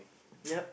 yup